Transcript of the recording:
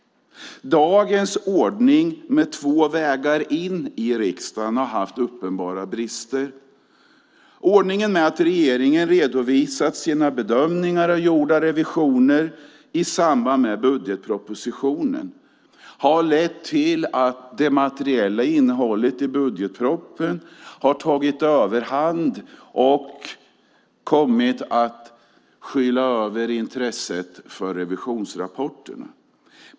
Dagens ordning med två vägar in i riksdagen har haft uppenbara brister. Ordningen med att regeringen har redovisat sina bedömningar av gjorda revisioner i samband med budgetpropositionen har lett till att det materiella innehållet i budgetpropositionen har tagit överhand och kommit att skyla över intresset för revisionsrapporten.